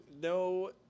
no –